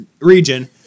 region